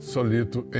Solito